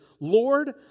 Lord